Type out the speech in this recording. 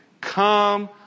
come